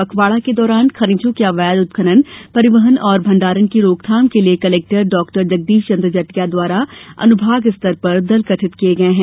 पखवाड़ा के दौरान खनिजों के अवैध उत्खनन परिवहन तथा भंडारण की रोकथाम के लिए कलेक्टर डॉ जगदीश चन्द्र जटिया द्वारा अनुभाग स्तर पर दल गठित किए गए हैं